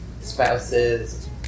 spouses